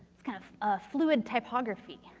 it's kind of a fluid typography.